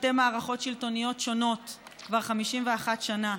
בשתי מערכות שלטוניות שונות כבר 51 שנה: